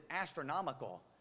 astronomical